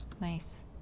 Nice